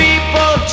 People